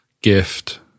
gift